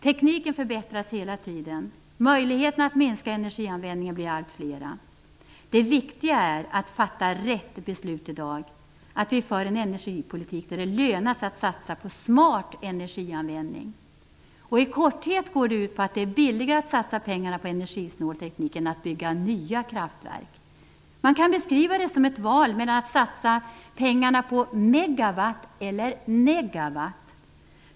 Tekniken förbättras hela tiden. Möjligheterna att minska energianvändningen blir allt flera. Det viktiga är att fatta rätt beslut i dag, att vi för en energipolitik där det lönar sig att satsa på smart energianvändning. I korthet går det ut på att det är billigare att satsa pengarna på energisnål teknik än att bygga nya kraftverk. Man kan beskriva det som ett val mellan att satsa pengarna på megawatt eller negawatt.